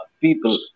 people